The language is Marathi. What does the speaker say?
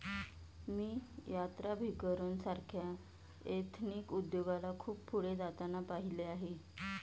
मी यात्राभिकरण सारख्या एथनिक उद्योगाला खूप पुढे जाताना पाहिले आहे